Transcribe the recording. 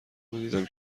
میدیدم